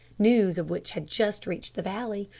news of which had just reached the valley,